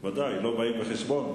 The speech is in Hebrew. הם בוודאי לא באים בחשבון.